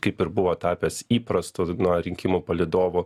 kaip ir buvo tapęs įprastu na rinkimų palydovu